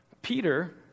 Peter